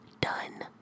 done